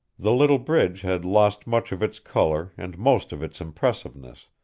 the little bridge had lost much of its color and most of its impressiveness,